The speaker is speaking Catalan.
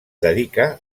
dedica